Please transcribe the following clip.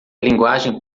linguagem